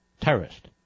terrorist